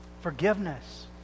Forgiveness